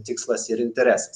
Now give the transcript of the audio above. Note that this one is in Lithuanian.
tikslas ir interesas